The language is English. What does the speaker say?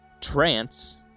Trance